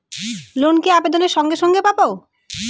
Loan কি আবেদনের সঙ্গে সঙ্গে পাব?